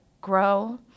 grow